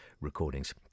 recordings